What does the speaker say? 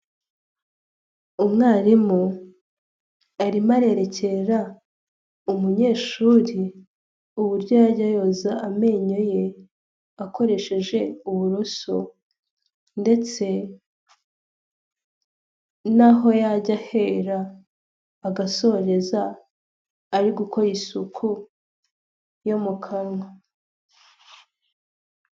Umwarimu arimo arerekera umunyeshuri uburyo yajya yoza amenyo ye, akoresheje uburoso ndetse n'aho yajya ahera agasoreza ari gukora isuku yo mu kanwa.